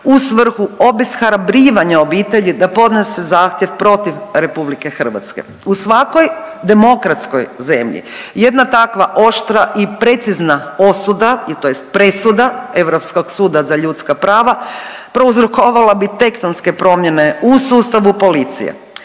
u svrhu obeshrabrivanja obitelji da podnese zahtjev protiv RH. U svakoj demokratskoj zemlji jedna takva oštra i precizna osuda tj. presuda Europskog suda za ljudska prava prouzrokovala bi tektonske promjene u sustavu policije,